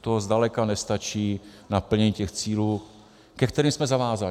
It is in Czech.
To zdaleka nestačí na plnění těch cílů, ke kterým jsme zavázáni.